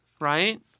right